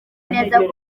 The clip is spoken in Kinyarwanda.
neza